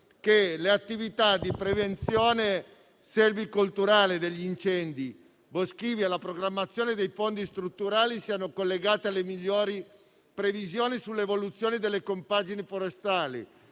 che le attività di prevenzione selvicolturale degli incendi boschivi e la programmazione dei fondi strutturali siano collegate alle migliori previsioni sull'evoluzione delle compagini forestali,